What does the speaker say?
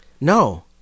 No